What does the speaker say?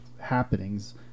happenings